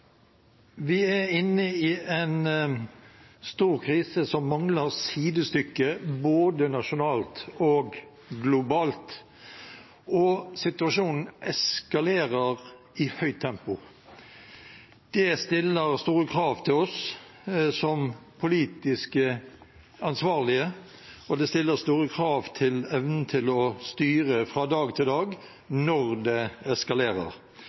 Vi er inne i en stor krise som mangler sidestykke, både nasjonalt og globalt, og situasjonen eskalerer i høyt tempo. Det stiller store krav til oss som politisk ansvarlige, og det stiller store krav til evnen til å styre fra dag til dag, når det eskalerer.